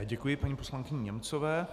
Děkuji paní poslankyni Němcové.